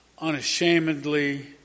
unashamedly